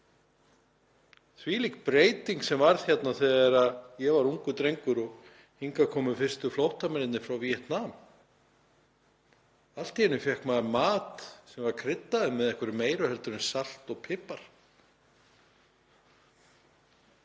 Þvílík breyting sem varð hér þegar ég var ungur drengur og hingað komu fyrstu flóttamennirnir frá Víetnam. Allt í einu fékk maður mat sem var kryddaður með einhverju meiru en salti og pipar.